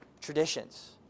traditions